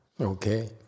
Okay